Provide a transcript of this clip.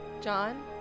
John